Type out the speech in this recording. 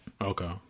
Okay